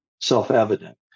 self-evident